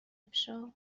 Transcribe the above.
افشا